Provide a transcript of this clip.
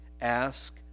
ask